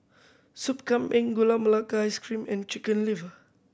Soup Kambing Gula Melaka Ice Cream and Chicken Liver